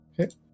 Okay